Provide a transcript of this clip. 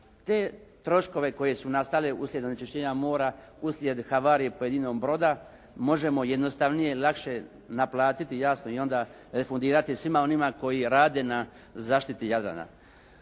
te troškove koji su nastali uslijed onečišćenja mora, uslijed havarije pojedinog broda možemo jednostavnije, lakše naplatiti jasno i onda refundirati svima onima koji rade na zaštiti Jadrana.